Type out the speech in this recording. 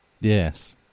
yes